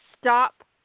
stop